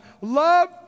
love